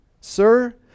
Sir